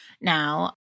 now